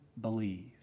believe